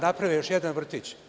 Napravio je još jedan vrtić.